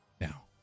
now